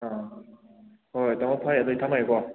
ꯑꯥ ꯍꯣꯏ ꯇꯥꯃꯣ ꯐꯥꯔꯦ ꯑꯗꯨꯗꯤ ꯊꯝꯃꯒꯦꯀꯣ